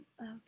Okay